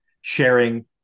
sharing